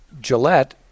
Gillette